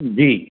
जी